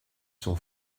sont